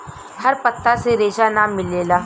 हर पत्ता से रेशा ना मिलेला